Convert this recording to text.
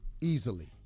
Easily